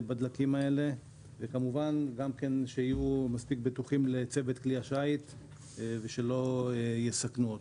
שיהיו מספיק בטוחים לצוות כלי השיט ושלא יסכנו אותו.